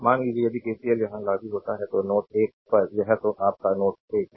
मान लीजिए कि यदि KCL यहां लागू होता है तो नोड 1 पर यह तो आप का नोड 1 है